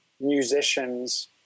musicians